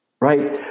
Right